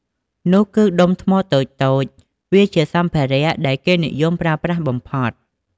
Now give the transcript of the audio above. នោះគឺដុំថ្មតូចៗ វាជាសម្ភារៈដែលគេនិយមប្រើប្រាស់បំផុត។